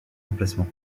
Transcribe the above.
emplacement